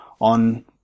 on